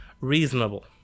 reasonable